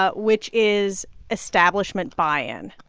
ah which is establishment buy-in.